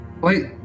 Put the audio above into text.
Wait